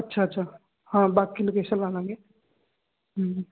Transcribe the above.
ਅੱਛਾ ਅੱਛਾ ਹਾਂ ਬਾਕੀ ਲੋਕੇਸ਼ਨ ਲਾ ਲਵਾਂਗੇ